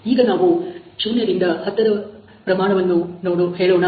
ಈಗ ನಾವು 0 ದಿಂದ 10ರ ಪ್ರಮಾಣವನ್ನು ಹೇಳೋಣ